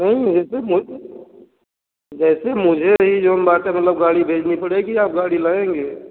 नहीं जैसे मुझे यह जो बात है मतलब गाड़ी भेजनी पड़ेगी आप गाड़ी लाएँगे